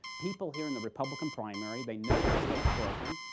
people here in the republican primary, they know that the state's broken.